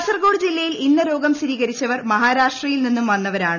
കാസർഗോഡ് ജില്ലയിൽ ഇന്ന് രോഗം സ്ഥിരീകരിച്ചവർ മഹാരാഷ്ട്രയിൽ നിന്നും പ്ലന്റവരാണ്